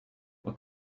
what